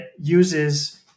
uses